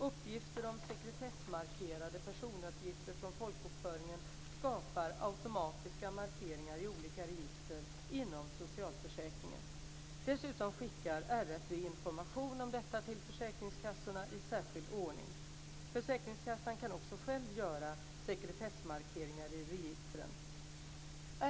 Uppgifter om sekretessmarkerade personuppgifter från folkbokföringen skapar automatiskt markeringar i olika register inom socialförsäkringen. Dessutom skickar RFV information om detta till försäkringskassorna i särskild ordning. Försäkringskassan kan också själv göra sekretessmarkeringar i registren.